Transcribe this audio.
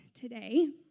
today